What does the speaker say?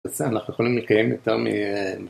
בסדר, אנחנו יכולים לקיים יותר מ...